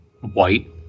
white